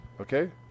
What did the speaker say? Okay